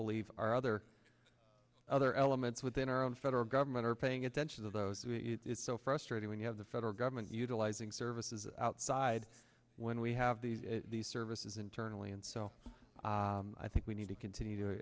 believe our other other elements within our own federal government are paying attention to those it's so frustrating when you have the federal government utilizing services outside when we have these services internally and so i think we need to continue to